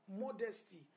modesty